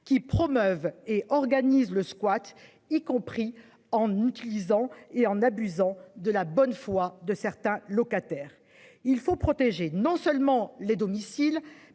qui promeuvent et organise le squat y compris en utilisant et en abusant de la bonne foi de certains locataires. Il faut protéger non seulement les domiciles